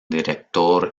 director